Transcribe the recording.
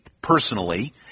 personally